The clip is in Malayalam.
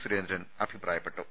സുരേന്ദ്രൻ അഭിപ്രായപ്പെട്ടു